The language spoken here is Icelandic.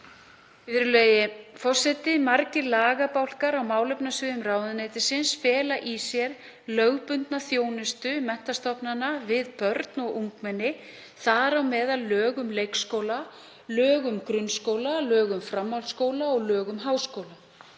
háskóla, nr. 63/2006. Margir lagabálkar á málefnasviðum ráðuneytisins fela í sér lögbundna þjónustu menntastofnana við börn og ungmenni, þar á meðal lög um leikskóla, lög um grunnskóla og lög um framhaldsskóla og lög um háskóla.